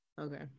Okay